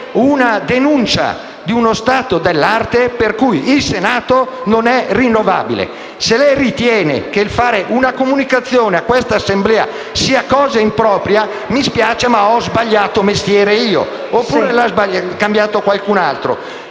ho denunciato oggi uno stato dell’arte per cui il Senato non è rinnovabile. Se lei ritiene che fare una comunicazione di questo tipo all’Assemblea sia cosa impropria, allora mi dispiace ma ho sbagliato mestiere, oppure lo ha sbagliato qualcun altro.